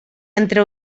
entre